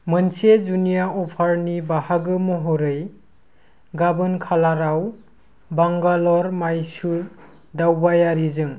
मोनसे जुनिया अफारनि बाहागो महरै गाबोन खालाराव बांगालर माइसुर दावबायारिजों